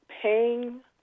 paying